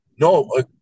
no